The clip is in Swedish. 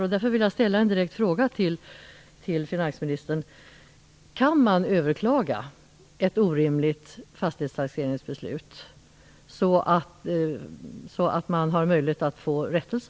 Därför vill jag ställa en direkt fråga till finansministern. Kan man överklaga ett orimligt fastighetstaxeringsbeslut så att man har möjlighet att få rättelse?